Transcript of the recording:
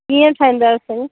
कीअं ठाहींदा आहियो सयूं